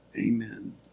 amen